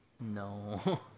no